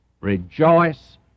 rejoice